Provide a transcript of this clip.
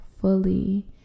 fully